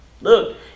Look